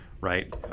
right